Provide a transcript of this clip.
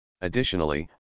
Additionally